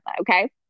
okay